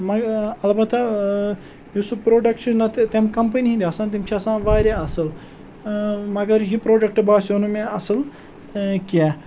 مہ البتہ یُس سُہ پرٛوڈَکٹ چھُ نَتہٕ تَمہِ کَمپٔنی ہٕنٛدۍ آسان تِم چھِ آسان واریاہ اَصٕل مگر یہِ پرٛوڈَکٹ باسیٚو نہٕ مےٚ اَصٕل کینٛہہ